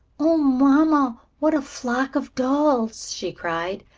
oh, mamma, what a flock of dolls! she cried.